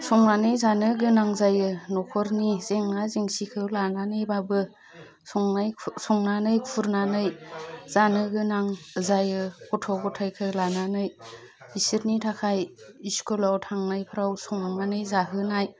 संनानै जानो गोनां जायो न'खरनि जेंना जेंसिखौ लानानैबाबो संनानै खुरनानै जानो गोनां जायो गथ' गथायखौ लानानै बिसोरनि थाखाय इस्कुलाव थांनायफोराव संनानै जाहोनाय